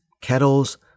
kettles